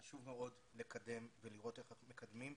חשוב מאוד לקדם ולראות איך אנחנו מקדמים.